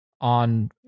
on